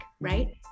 right